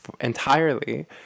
entirely